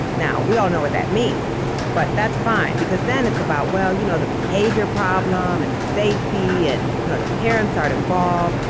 now we all know what that means but that's fine because then it's about well you know the behavior problem and the safety and you know the parents aren't involved,